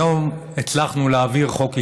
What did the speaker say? היום הצלחנו להעביר חוק היסטורי,